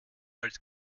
als